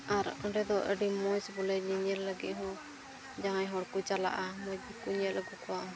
ᱟᱨ ᱚᱸᱰᱮ ᱫᱚ ᱟᱹᱰᱤ ᱢᱚᱡᱽ ᱵᱚᱞᱮ ᱧᱮᱧᱮᱞ ᱞᱟᱹᱜᱤᱫ ᱦᱚᱸ ᱡᱟᱦᱟᱸᱭ ᱦᱚᱲ ᱠᱚ ᱪᱟᱞᱟᱜᱼᱟ ᱢᱚᱡᱽ ᱛᱮᱠᱚ ᱧᱮᱞ ᱟᱹᱜᱩ ᱠᱚᱣᱟ